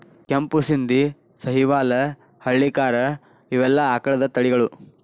ಕೆಂಪು ಶಿಂದಿ, ಸಹಿವಾಲ್ ಹಳ್ಳಿಕಾರ ಇವೆಲ್ಲಾ ಆಕಳದ ತಳಿಗಳು